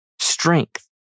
Strength